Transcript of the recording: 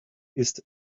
ist